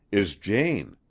is jane.